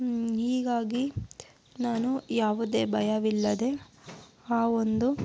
ಹೀಗಾಗಿ ನಾನು ಯಾವುದೇ ಭಯವಿಲ್ಲದೆ ಆ ಒಂದು